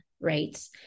rates